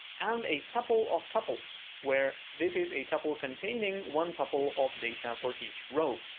and a tuple of tuples where this is a tuple containing one tuple of data for each row.